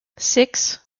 six